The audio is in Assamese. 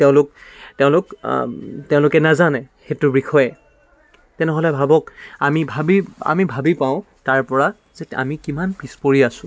তেওঁলোক তেওঁলোক তেওঁলোকে নাজানে সেইটোৰ বিষয়ে তেনেহ'লে ভাবক আমি ভাবি আমি ভাবি পাওঁ তাৰ পৰা যে আমি কিমান পিছ পৰি আছোঁ